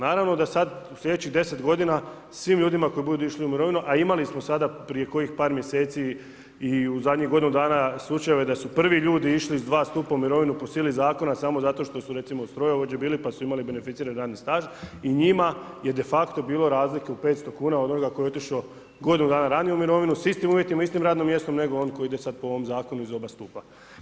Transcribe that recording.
Naravno da sad u sljedećih 10 godina svim ljudima koji budu išli u mirovinu, a imali smo sada prije kojih par mjeseci i u zadnjih godinu dana slučajeve da su prvi ljudi išli s II. stupa u mirovinu po sili zakona samo zato jer su recimo strojovođe bili pa su imali beneficirani radni staž i njima je defakto bilo razlike u 500 kuna od onoga tko je otišao godinu dana ranije u mirovinu, s istim uvjetima, istim radnom mjestu, nego on koji ide sad po ovom zakonu iz oba stupa.